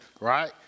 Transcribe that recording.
right